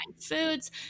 foods